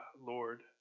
Lord